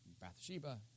Bathsheba